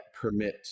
permit